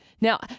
Now